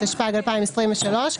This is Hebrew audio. התשפ"ג 2023,